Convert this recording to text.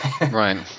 Right